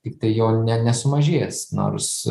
tiktai jo ne nesumažės nors